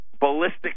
ballistic